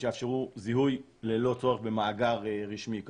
שיאפשרו זיהוי ללא צורך במאגר רשמי כזה.